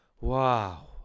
Wow